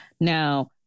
Now